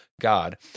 God